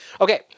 Okay